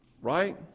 right